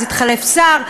התחלף שר,